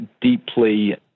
deeply